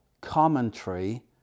commentary